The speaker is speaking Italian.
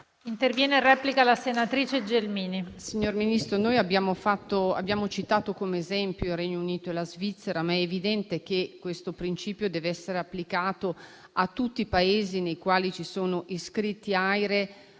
Signora Presidente, signor Ministro, noi abbiamo citato come esempio il Regno Unito e la Svizzera, ma è evidente che questo principio deve essere applicato a tutti i Paesi nei quali ci sono iscritti